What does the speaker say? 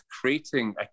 creating